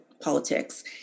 politics